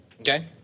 Okay